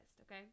okay